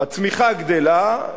הצמיחה גדלה,